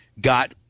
got